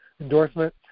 endorsement